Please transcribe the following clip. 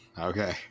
okay